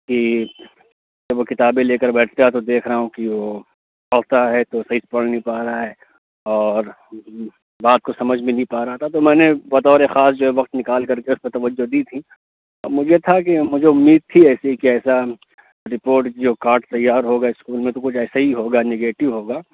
کہ جب وہ کتابیں لے کر بیٹھتا ہے تو دیکھ رہا ہوں کہ وہ پڑھتا ہے تو صحیح سے پڑھ نہیں پا رہا ہے اور بات کو سمجھ بھی نہیں پا رہا تھا تو میں نے بطور خاص جو ہے وقت نکال کر کے اُس پہ توجہ دی تھیں اور مجھے تھا کہ مجھے اُمید تھی ایسی کہ ایسا رپورٹ جو کارڈ تیار ہوگا اسکول میں تو کچھ ایسا ہی ہوگا نگیٹو ہوگا